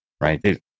right